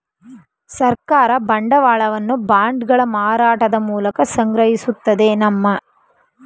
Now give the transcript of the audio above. ಸರ್ಕಾರ ಬಂಡವಾಳವನ್ನು ಬಾಂಡ್ಗಳ ಮಾರಾಟದ ಮೂಲಕ ಸಂಗ್ರಹಿಸುತ್ತದೆ ನಮ್ಮ